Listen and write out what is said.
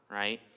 right